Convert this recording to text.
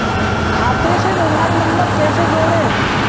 खाते से mobile number कैसे जोड़ें?